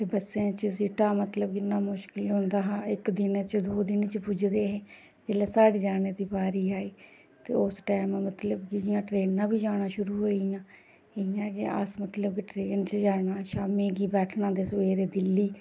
ते बस्सें च सीटां मतलब जियां मुश्कल होंदा हा इक दिनै च दो दिन च पुजदे हे जेल्लै साढ़ी जाने दी बारी आई ते उस टैम पर मतलब कि जियां ट्रेनां बी जाना शुरू होई गेइयां इ'यां गै अस मतलब कि ट्रेन च जाना जियां शामी गी बैठना ते सवेरे दिल्ली